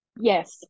Yes